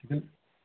ହୁଁ